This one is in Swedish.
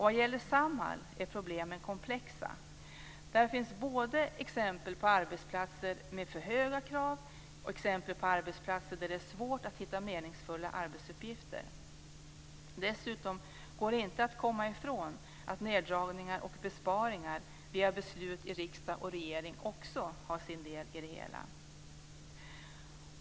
Vad gäller Samhall är problemen komplexa; där finns både exempel på arbetsplatser med för höga krav och exempel på arbetsplatser där det är svårt att hitta meningsfulla arbetsuppgifter. Dessutom går det inte att komma ifrån att neddragningar och besparingar via beslut i riksdag och regering också har sin del i det hela.